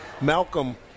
Malcolm